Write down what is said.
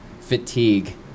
fatigue